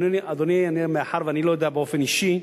אדוני, מאחר שאני לא יודע באופן אישי,